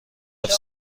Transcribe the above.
هفت